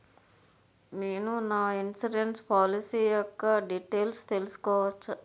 నేను నా insurance policy యెక్క డీటైల్స్ తెల్సుకోవచ్చా?